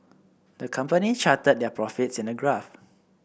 the company charted their profits in a graph